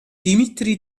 dimitri